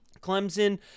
Clemson